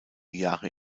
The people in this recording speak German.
jahre